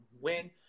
win